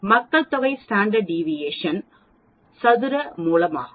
மக்கள் தொகை standard deviation சதுர மூலமாகும்